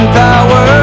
power